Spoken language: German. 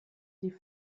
die